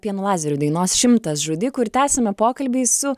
pieno lazerių dainos šimtas žudikų ir tęsiame pokalbį su